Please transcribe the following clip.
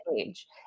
age